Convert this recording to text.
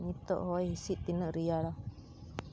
ᱱᱤᱛᱚᱜ ᱦᱚᱭ ᱦᱤᱸᱥᱤᱫ ᱛᱤᱱᱟᱹᱜ ᱨᱮᱭᱟᱲᱟ